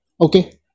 Okay